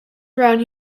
around